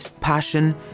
passion